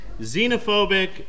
xenophobic